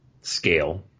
scale